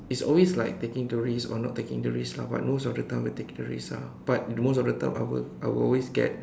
it's always like taking the risk or not taking the risk lah but most of the time I will take the risk ah but most of the time I will I will always get